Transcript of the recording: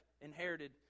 inherited